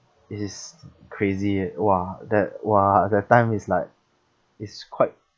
it is crazy eh !wah! that !wah! that time is like it's quite